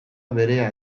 berea